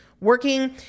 working